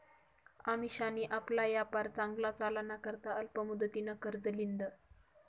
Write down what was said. अमिशानी आपला यापार चांगला चालाना करता अल्प मुदतनं कर्ज ल्हिदं